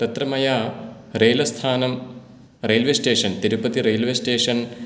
तत्र मया रेलस्थानं रेल्वेस्टेशन् तिरुपति रेल्वेस्टेशन्